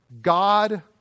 God